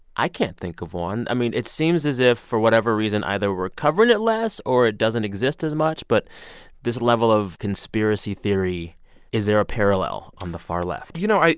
i can't think of one. i mean, it seems as if, for whatever reason, either we're covering it less or it doesn't exist as much. but this level of conspiracy theory is there a parallel on the far left? you know,